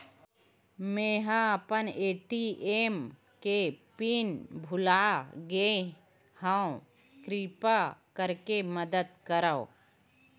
मेंहा अपन ए.टी.एम के पिन भुला गए हव, किरपा करके मदद करव